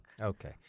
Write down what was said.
Okay